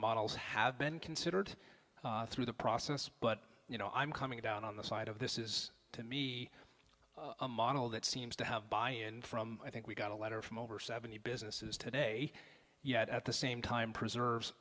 models have been considered through the process but you know i'm coming down on the side of this is to me a model that seems to have buy in from i think we got a letter from over seventy businesses today yet at the same time preserves